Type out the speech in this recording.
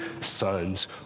sons